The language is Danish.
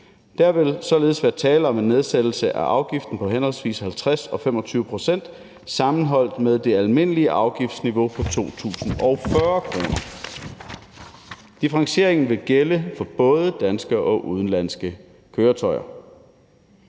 Der vil således være tale om en nedsættelse af afgiften på henholdsvis 50 og 25 pct. sammenholdt med det almindelige afgiftsniveau på 2.040 kr. Differentieringen vil gælde for både danske og udenlandske køretøjer.